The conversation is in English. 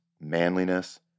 manliness